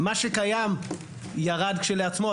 מה שקיים ירד כשלעצמו,